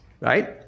right